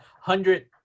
hundred